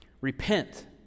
Repent